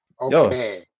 Okay